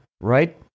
right